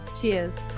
cheers